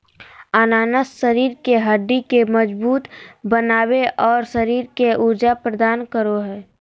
अनानास शरीर के हड्डि के मजबूत बनाबे, और शरीर के ऊर्जा प्रदान करो हइ